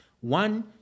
One